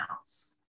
else